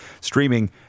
streaming